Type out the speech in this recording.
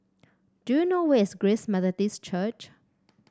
do you know where is Grace Methodist Church